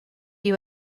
you